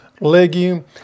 legume